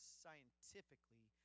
scientifically